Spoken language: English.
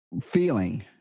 feeling